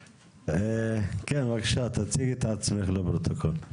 כן בבקשה, תציגי את עצמך לפרוטוקול.